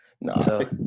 No